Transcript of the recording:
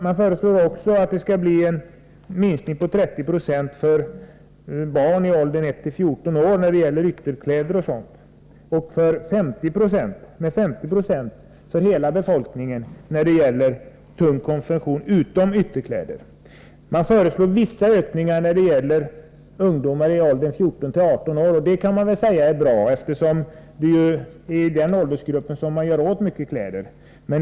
Man föreslår vidare en minskning på 30 2 för barn under 14 år när det gäller ytterkläder o. d. och med 50 2 för hela befolkningen när det gäller tung konsumtion utom ytterkläder. Man föreslår vissa ökningar för ungdomar i åldern 14-18 år. Det kan man väl säga är bra, eftersom det ju är i den åldern som man sliter mycket kläder.